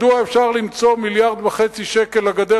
מדוע אפשר למצוא מיליארד וחצי שקל לגדר